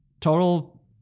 total